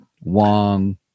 Wong